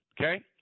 okay